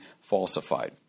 falsified